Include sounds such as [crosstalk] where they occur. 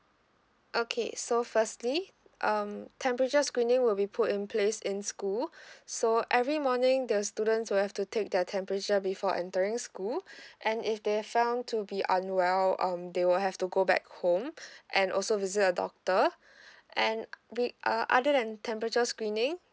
okay so firstly um temperature screening will be put in place in school [breath] so every morning the students will have to take their temperature before entering school [breath] and if they found to be unwell um they will have to go back home [breath] and also visit a doctor [breath] and [noise] we are other than temperature screening